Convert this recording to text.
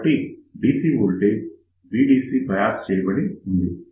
కాబట్టి diode DC voltage VDC bias చేయబడి ఉంది